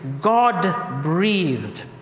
God-breathed